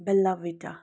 Bellavita